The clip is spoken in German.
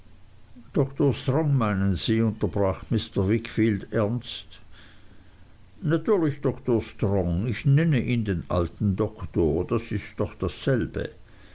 doktor strong meinen sie unterbrach mr wickfield ernst natürlich doktor strong ich nenne ihn den alten doktor das ist doch dasselbe